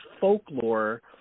folklore